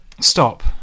Stop